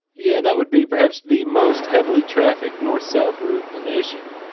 yeah, that would be perhaps the most heavily trafficked north south route in the nation,